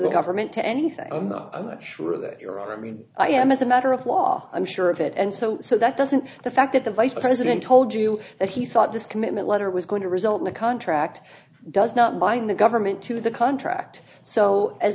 the government to anything i'm not sure that you're i mean i am as a matter of law i'm sure of it and so so that doesn't the fact that the vice president told you that he thought this commitment letter was going to result in a contract does not bind the government to the contract so as